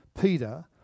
Peter